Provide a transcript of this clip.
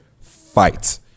fight